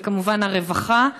וכמובן הרווחה.